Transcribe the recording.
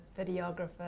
videographer